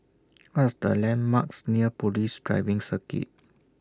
What Are The landmarks near Police Driving Circuit